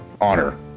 Honor